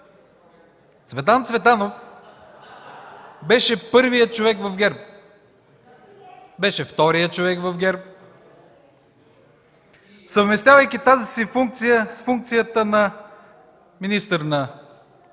Цветан Цветанов беше първият човек в ГЕРБ, беше вторият човек в ГЕРБ. Съвместявайки тази си функция с функцията на министър на